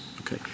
Okay